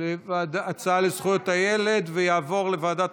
ההצעה תעבור לוועדת